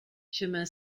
chemin